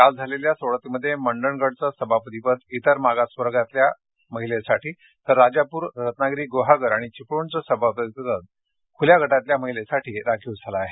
काल झालेल्या सोडतीमध्ये मंडणगडचं सभापतीपद इतर मागास प्रवर्गातल्या महिलेसाठी तर राजापूर रत्नागिरी ग्रहागर आणि चिपळणचं सभापतिपद खुल्या गटातल्या महिलेसाठी राखीव झालं आहे